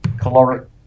caloric